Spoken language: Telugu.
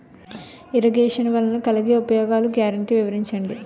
ఇరగేషన్ వలన కలిగే ఉపయోగాలు గ్యారంటీ వివరించండి?